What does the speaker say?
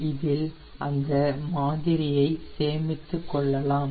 இதில் அந்த மாதிரியை சேமித்துகொள்ளலாம்